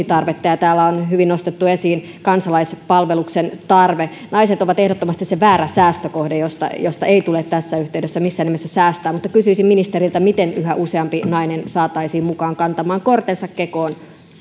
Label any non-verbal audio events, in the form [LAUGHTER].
[UNINTELLIGIBLE] tarvetta ja täällä on hyvin nostettu esiin kansalaispalveluksen tarve naiset ovat ehdottomasti väärä säästökohde josta josta ei tule tässä yhteydessä missään nimessä säästää mutta kysyisin ministeriltä miten yhä useampi nainen saataisiin mukaan kantamaan kortensa kekoon